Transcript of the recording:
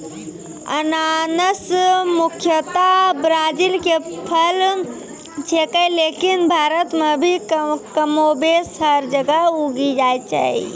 अनानस मुख्यतया ब्राजील के फल छेकै लेकिन भारत मॅ भी कमोबेश हर जगह उगी जाय छै